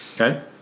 Okay